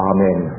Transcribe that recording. Amen